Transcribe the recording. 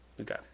Okay